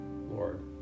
Lord